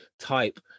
type